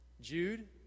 Jude